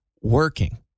Working